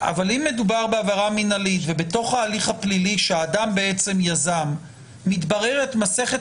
אם בתוך ההליך הפלילי שהאדם בעצם יזם מתבררת מסכת